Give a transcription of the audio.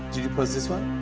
did you post this one?